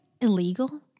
illegal